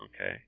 Okay